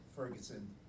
Ferguson